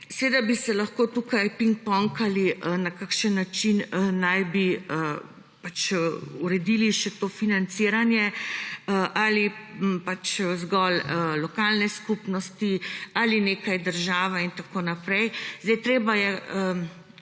Seveda bi se lahko tukaj pingpongali, na kakšen način naj bi uredili še to financiranje, ali pač zgolj lokalne skupnosti ali nekaj država in tako naprej. Treba je